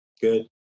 Good